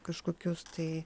kažkokius tai